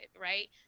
right